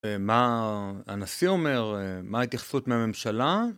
מה הנשיא אומר? מה ההתייחסות מהממשלה?